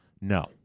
No